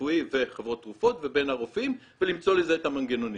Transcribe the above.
רפואי וחברות תרופות ובין הרופאים ולמצוא לזה את המנגנונים.